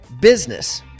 business